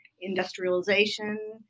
industrialization